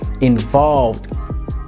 involved